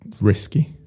risky